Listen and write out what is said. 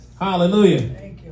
Hallelujah